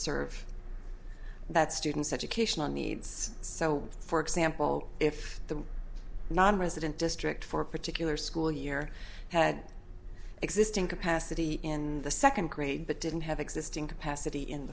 serve that student's education needs so for example if the nonresident district for a particular school year had existing capacity in the second grade but didn't have existing capacity in